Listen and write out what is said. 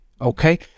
okay